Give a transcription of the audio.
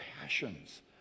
passions